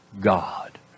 God